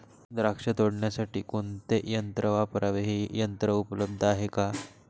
द्राक्ष तोडण्यासाठी कोणते यंत्र वापरावे? हे यंत्र उपलब्ध आहे का?